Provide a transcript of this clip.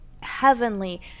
heavenly